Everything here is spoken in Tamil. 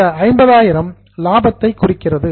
இந்த 50000 புரோஃபிட் லாபத்தைக் குறிக்கிறது